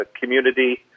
community